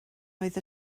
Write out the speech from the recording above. oedd